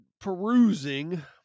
perusing